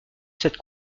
cette